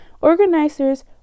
organizers